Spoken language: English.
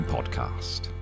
Podcast